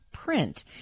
print